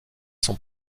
son